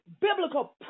biblical